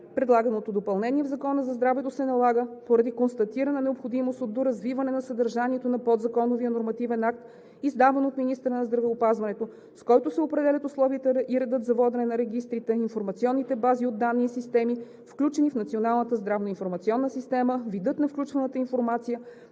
Предлаганото допълнение в Закона за здравето се налага поради констатирана необходимост от доразвиване на съдържанието на подзаконовия нормативен акт, издаван от министъра на здравеопазването, с който се определят условията и редът за водене на регистрите, информационните бази от данни и системи, включени в Националната здравноинформационна система, видът на включваната информация,